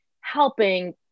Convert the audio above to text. helping